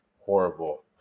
horrible